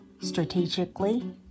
strategically